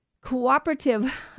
cooperative